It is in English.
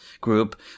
group